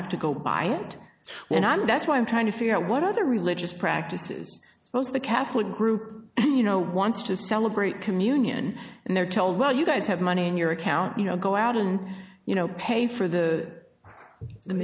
have to go by and when i do that's what i'm trying to figure out what other religious practices most of the catholic group you know wants to celebrate communion and they're told well you guys have money in your account you know go out and you know pay for the the